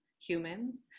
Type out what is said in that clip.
humans